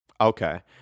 Okay